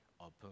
open